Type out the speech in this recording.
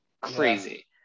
crazy